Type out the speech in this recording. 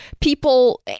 people